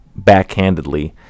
backhandedly